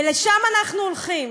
ולשם אנחנו הולכים,